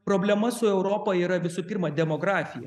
problema su europa yra visų pirma demografija